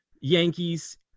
Yankees